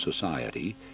society